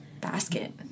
Basket